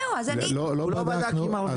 הוא לא בדק אם מרוויחים.